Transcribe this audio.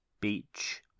beach